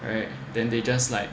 right then they just like